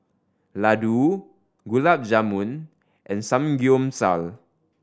Ladoo Gulab Jamun and Samgeyopsal